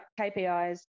KPIs